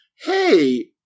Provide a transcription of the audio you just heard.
hey